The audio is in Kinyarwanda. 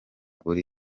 uri